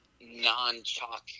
non-chalk